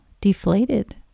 deflated